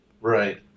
Right